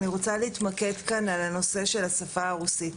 אני רוצה להתמקד כאן בנושא של השפה הרוסית.